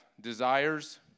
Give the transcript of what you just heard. desires